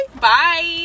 bye